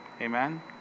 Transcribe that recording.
Amen